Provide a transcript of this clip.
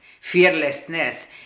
Fearlessness